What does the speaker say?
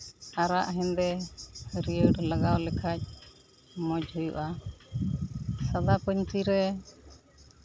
ᱟᱨᱟᱜ ᱦᱮᱸᱫᱮ ᱦᱟᱹᱨᱭᱟᱹᱲ ᱞᱟᱜᱟᱣ ᱞᱮᱠᱷᱟᱱ ᱢᱚᱡᱽ ᱦᱩᱭᱩᱜᱼᱟ ᱥᱟᱫᱟ ᱯᱟᱹᱧᱪᱤ ᱨᱮ